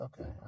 Okay